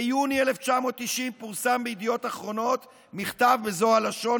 ביוני 1990 פורסם בידיעות אחרונות מכתב בזו הלשון,